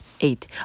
eight